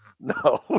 No